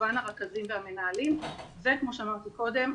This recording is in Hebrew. כמובן הרכזים והמנהלים וכמו שאמרתי קודם,